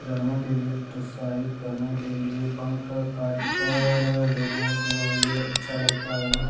रहने के लिए प्रोत्साहित करने के लिए पंख काटकर लोगों को ये अच्छा लगता है